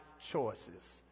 choices